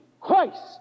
Christ